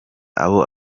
abo